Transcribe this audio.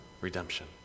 redemption